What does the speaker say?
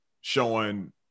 showing